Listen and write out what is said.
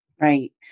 Right